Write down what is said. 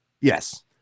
yes